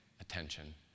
attention